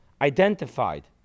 identified